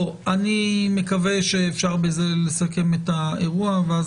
אני מקווה שאפשר בזה לסכם את האירוע ואז